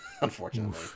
unfortunately